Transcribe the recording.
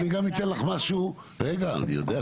אני יודע,